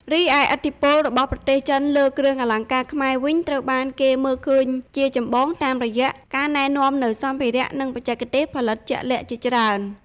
រីឯឥទ្ធិពលរបស់ប្រទេសចិនលើគ្រឿងអលង្ការខ្មែរវិញត្រូវបានគេមើលឃើញជាចម្បងតាមរយៈការណែនាំនូវសម្ភារៈ និងបច្ចេកទេសផលិតជាក់លាក់ជាច្រើន។